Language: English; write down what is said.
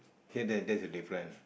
here there there's a different